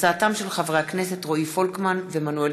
בהצעתם של חברי הכנסת רועי פולקמן ומנואל